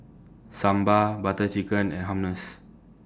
Sambar Butter Chicken and Hummus